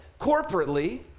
corporately